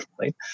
right